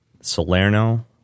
Salerno